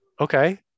Okay